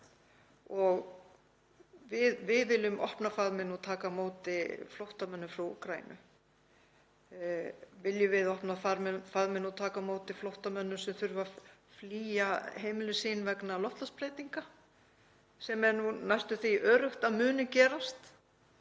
Við viljum opna faðminn og taka á móti flóttamönnum frá Úkraínu. Viljum við opna faðminn og taka á móti flóttamönnum sem þurfa að flýja heimili sín vegna loftslagsbreytinga, sem er næstum því öruggt að muni gerast?